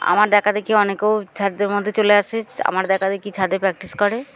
আমার দেখাদেখি অনেকেই ছাদের মধ্যে চলে আসে আমার দেখাদেখি ছাদে প্র্যাকটিস করে